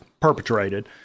perpetrated